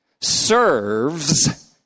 serves